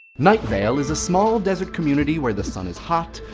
night vale is a small desert community where the sun is hot,